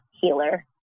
healer